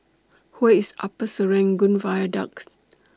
Where IS Upper Serangoon Viaduct